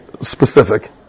specific